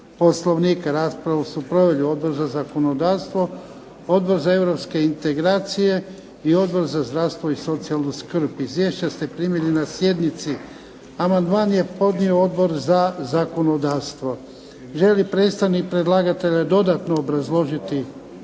POslovnika. Raspravu su proveli Odbor za zakonodavstvo, Odbor za europske integracije i Odbor za zdravstvo i socijalnu skrb. Izviješća ste primili na sjednici. Amandman je podnio Odbor za zakonodavstvo. Želi li predstavnik predlagatelja dodatno obrazložiti